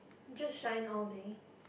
just shine all day